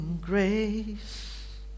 grace